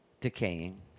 decaying